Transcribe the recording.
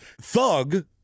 thug